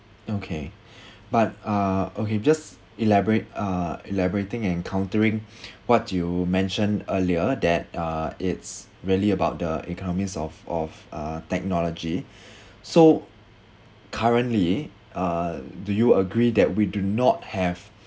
okay but uh okay just elaborate uh elaborating and countering what you mentioned earlier that uh it's really about the economics of of uh technology so currently uh do you agree that we do not have